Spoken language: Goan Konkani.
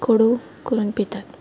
कोडू करून पितात